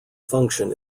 function